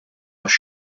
għax